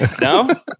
No